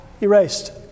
erased